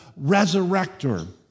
Resurrector